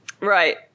Right